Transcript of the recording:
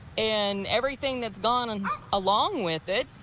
and everything that's gone and along with it,